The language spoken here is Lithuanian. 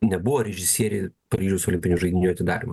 nebuvo režisieriai paryžiaus olimpinių žaidynių atidarymo